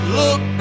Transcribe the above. look